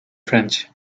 french